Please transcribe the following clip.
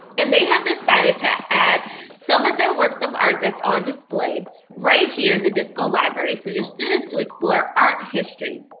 and they have decided to add some of their works of art that's on display right here in the disco library for your students to explore art history.